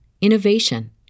innovation